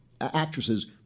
Actresses